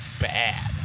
bad